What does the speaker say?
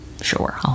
sure